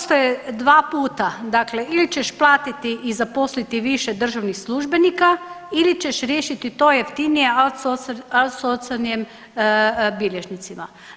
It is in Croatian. Postoje dva puta, dakle ili ćeš platiti i zaposliti više državnih službenika ili ćeš riješiti to jeftinije autsorsanjem bilježnicima.